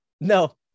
no